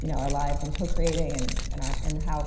you know our lives and co-creating and and co-creating and how.